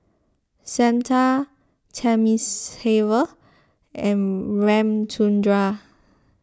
Santha Thamizhavel and Ramchundra